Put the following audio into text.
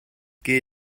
geh